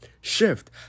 Shift